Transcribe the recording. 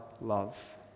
love